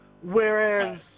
Whereas